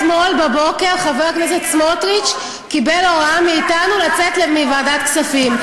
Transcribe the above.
אתמול בבוקר חבר הכנסת סמוטריץ קיבל הוראה מאתנו לצאת מוועדת הכספים.